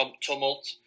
tumult